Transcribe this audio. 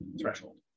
threshold